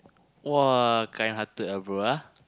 !wah! kind hearted ah bro ah